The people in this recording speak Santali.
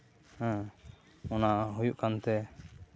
ᱦᱮᱸ ᱚᱱᱟ ᱦᱩᱭᱩᱜ ᱠᱟᱱ ᱛᱮ